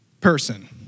person